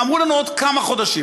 אמרו לנו: עוד כמה חודשים,